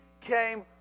came